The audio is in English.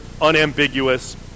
unambiguous